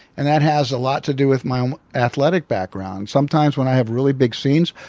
and that has a lot to do with my um athletic background. sometimes when i have really big scenes,